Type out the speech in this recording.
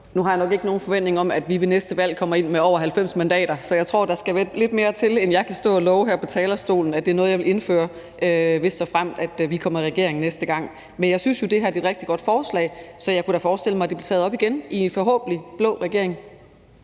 Nu har jeg nok ikke nogen forventning om, at vi ved næste valg kommer ind med over 90 mandater, så jeg tror, at der skal lidt mere til, inden jeg kan stå og love her på talerstolen, at det er noget, jeg vil indføre, hvis og såfremt vi kommer i regering næste gang. Men jeg synes jo, at det her er et rigtig godt forslag, så jeg kunne da forestille mig, at det blev taget op igen i en forhåbentlig blå regering.